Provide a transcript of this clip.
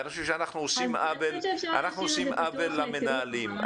ואני חושב שאנחנו עושים עוול למנהלים.